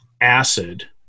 acid